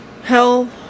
Hell